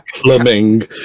Plumbing